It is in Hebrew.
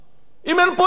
אם אין פה איזה קיצוץ?